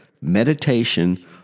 meditation